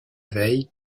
veille